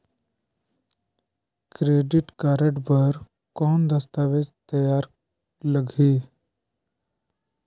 Credit card बर कौन दस्तावेज तैयार लगही?